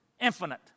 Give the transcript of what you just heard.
infinite